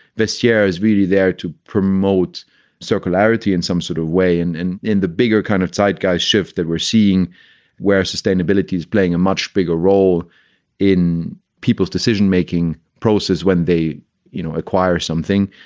this year is really there to promote circularity in some sort of way. and in in the bigger kind of zeitgeist shift that we're seeing where sustainability is playing a much bigger role in people's decision making process when they you know acquire something.